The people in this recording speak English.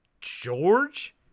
George